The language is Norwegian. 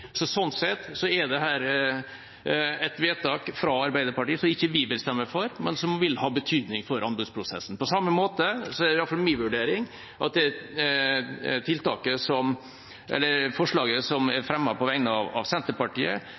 Sånn sett er dette et forslag fra Arbeiderpartiet – som vi ikke vil stemme for – som vil ha betydning for anbudsprosessen. På samme måte er det i alle fall min vurdering at forslaget som er fremmet på vegne av Senterpartiet,